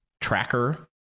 tracker